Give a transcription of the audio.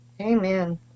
amen